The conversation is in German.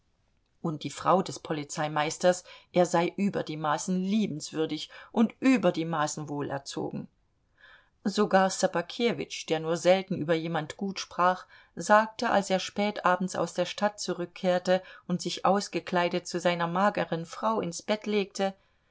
und die frau des polizeimeisters er sei über die maßen liebenswürdig und über die maßen wohlerzogen sogar ssobakewitsch der nur selten über jemand gut sprach sagte als er spät abends aus der stadt zurückkehrte und sich ausgekleidet zu seiner mageren frau ins bett legte